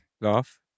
laugh